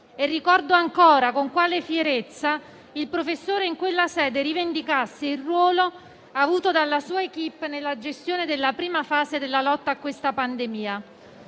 Ricordo ancora con quale fierezza il professore, in quella sede, rivendicasse il ruolo avuto dalla sua *equipe* nella gestione della prima fase della lotta a questa pandemia.